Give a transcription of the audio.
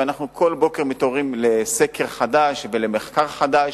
ואנחנו כל בוקר מתעוררים לסקר חדש ולמחקר חדש.